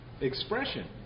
expression